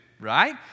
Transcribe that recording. right